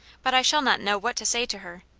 but i shall not know what to say to her.